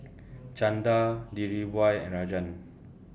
Chanda Dhirubhai and Rajan